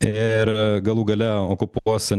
ir galų gale okupuos